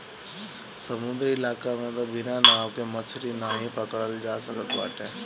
समुंदरी इलाका में तअ बिना नाव के मछरी नाइ पकड़ल जा सकत बाटे